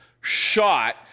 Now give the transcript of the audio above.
shot